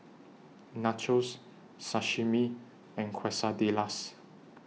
Nachos Sashimi and Quesadillas